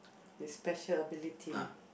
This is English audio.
the special ability